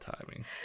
timing